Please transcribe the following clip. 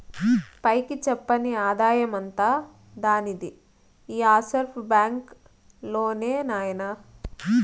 పైకి చెప్పని ఆదాయమంతా దానిది ఈ ఆఫ్షోర్ బాంక్ లోనే నాయినా